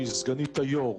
שהיא סגנית היו"ר.